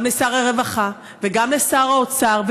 גם לשר הרווחה וגם לשר האוצר,